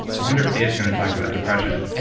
i wonder if dave's going to talk about depression?